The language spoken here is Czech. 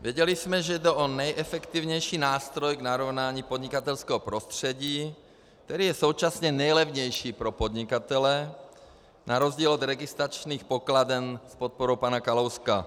věděli jsme, že jde o nejefektivnější nástroj k narovnání podnikatelského prostředí, který je současně nejlevnější pro podnikatele, na rozdíl od registračních pokladen s podporou pana Kalouska.